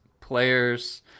players